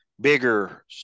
bigger